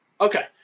Okay